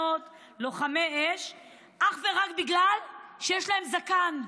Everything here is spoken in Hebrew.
לוחמי אש אך ורק בגלל שיש להם זקן?